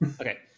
Okay